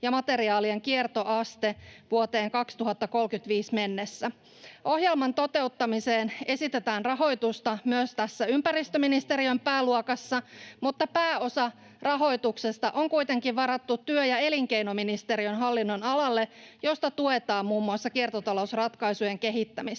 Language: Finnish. ja materiaalien kiertoaste vuoteen 2035 mennessä. Ohjelman toteuttamiseen esitetään rahoitusta myös tässä ympäristöministeriön pääluokassa, mutta pääosa rahoituksesta on kuitenkin varattu työ- ja elinkeinoministeriön hallinnonalalle, josta tuetaan muun muassa kiertotalousratkaisujen kehittämistä.